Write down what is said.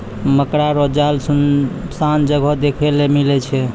मकड़ा रो जाल सुनसान जगह देखै ले मिलै छै